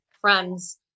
friends